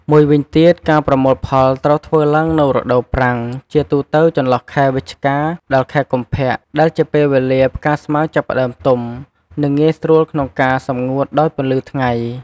មួយវិញទៀត ការប្រមូលផលត្រូវធ្វើឡើងនៅរដូវប្រាំង ជាទូទៅចន្លោះខែវិច្ឆិកា ដល់ខែកុម្ភៈ ដែលជាពេលវេលាផ្កាស្មៅចាប់ផ្ដើមទុំ និងងាយស្រួលក្នុងការសម្ងួតដោយពន្លឺថ្ងៃ។